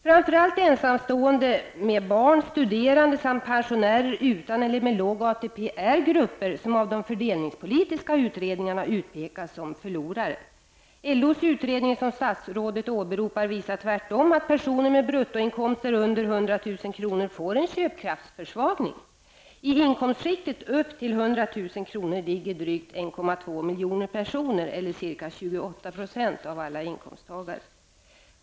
Framför allt ensamstående med barn, studerande samt pensionärer utan eller med låg ATP är grupper som av de fördelningspolitiska utredningarna utpekas som ''förlorare''. LOs utredning, som statsrådet åberopar, visar tvärtom att personer med bruttoinkomster under 100 000 kr. får en köpkraftsförstärkning. I inkomstskiktet upp till 100 000 kr. ligger drygt 1,2 miljoner personer eller ca 28 % av alla inkomsttagare.